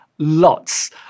Lots